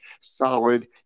solid